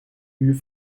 uur